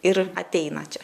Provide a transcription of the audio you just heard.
ir ateina čia